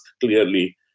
clearly